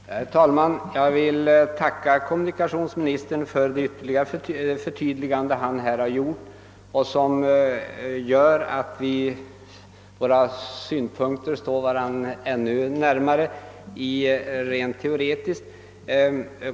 Herr talman! Jag vill tacka kommunikationsministern för detta förtydligande, som visar att våra uppfattningar rent teoretiskt sammanfaller ännu mer än vad jag kunde utläsa av svaret.